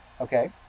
okay